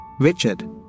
Richard